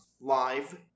live